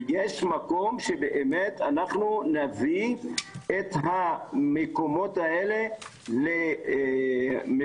ויש מקום שבאמת אנחנו נביא את המקומות האלה למפעלי